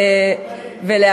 ולקריית-שמונה שזכתה בגביע,